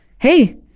hey